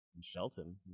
Shelton